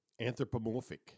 anthropomorphic